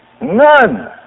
none